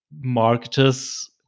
marketers